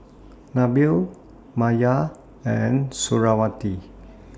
Nabil Maya and Suriawati